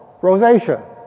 Rosacea